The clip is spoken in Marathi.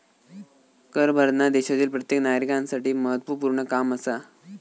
कर भरना देशातील प्रत्येक नागरिकांसाठी महत्वपूर्ण काम आसा